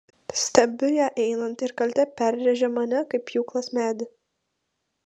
stebiu ją einant ir kaltė perrėžia mane kaip pjūklas medį